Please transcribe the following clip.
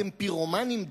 אתם פירומנים?